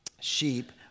sheep